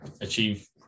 achieve